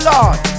Lord